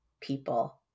people